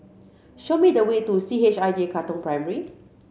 show me the way to C H I J Katong Primary